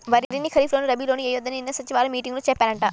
వరిని ఖరీప్ లోను, రబీ లోనూ ఎయ్యొద్దని నిన్న సచివాలయం మీటింగులో చెప్పారంట